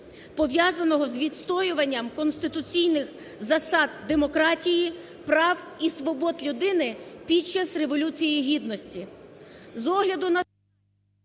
пов'язаного з відстоюванням конституційних засад демократії, прав і свобод людини під час Революції гідності.